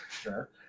sure